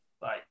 Bye